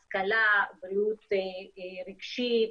השכלה, בריאות רגשית,